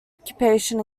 occupation